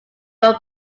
were